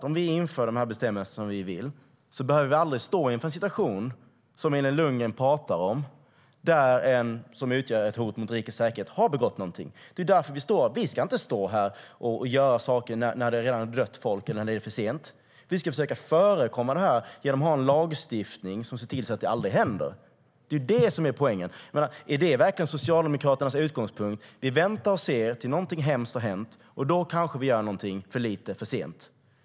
Om vi inför dessa bestämmelser behöver vi aldrig stå inför en situation som Elin Lundgren pratar om där någon som utgör ett hot mot rikets säkerhet begått ett brott. Vi ska inte stå här och göra saker när folk redan har dött eller det är för sent. Vi ska försöka förekomma händelserna genom att ha en lagstiftning som gör att de aldrig händer. Det är poängen. Är det verkligen Socialdemokraternas utgångspunkt, det vill säga att vi väntar och ser tills något hemskt har hänt, och då kanske vi gör något för lite för sent?